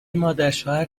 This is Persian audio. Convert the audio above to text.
مادرشوهر